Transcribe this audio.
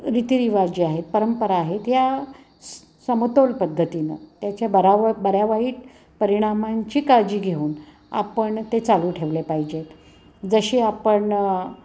रीतीरिवाज जे आहेत परंपरा आहेत या समतोल पद्धतीनं त्याच्या बरा व बऱ्यावाईट परिणामांची काळजी घेऊन आपण ते चालू ठेवले पाहिजेत जसे आपण